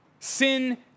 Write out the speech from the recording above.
Sin